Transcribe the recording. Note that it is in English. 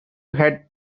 had